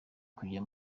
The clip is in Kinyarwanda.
kujya